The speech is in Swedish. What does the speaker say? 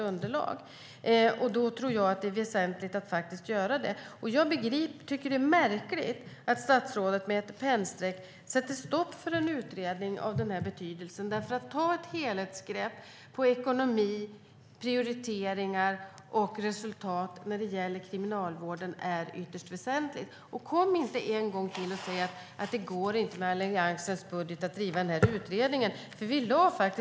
Jag tror att det är väsentligt att göra det. Jag tycker att det är märkligt att statsrådet med ett pennstreck sätter stopp för en utredning av den här betydelsen. Att ta ett helhetsgrepp på ekonomi, prioriteringar och resultat inom kriminalvården är ytterst väsentligt. Och kom inte en gång till och säg att det inte går att driva den här utredningen med Alliansens budget!